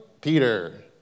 Peter